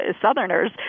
Southerners